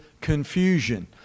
confusion